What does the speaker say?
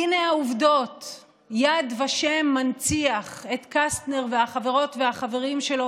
הינה העובדות: יד ושם מנציח את קסטנר והחברות והחברים שלו